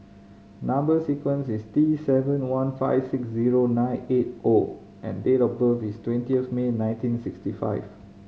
number sequence is T seven one five six zero nine eight O and date of birth is twenty of May nineteen sixty five